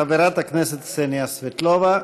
חברת הכנסת קסניה סבטלובה,